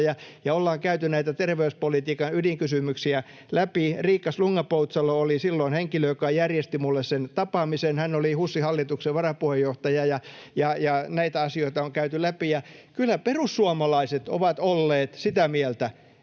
ja ollaan käyty näitä terveyspolitiikan ydinkysymyksiä läpi. Riikka Slunga-Poutsalo oli silloin henkilö, joka järjesti minulle sen tapaamisen. Hän oli HUSin hallituksen varapuheenjohtaja, ja näitä asioita on käyty läpi. Kyllä perussuomalaiset ovat olleet sitä mieltä,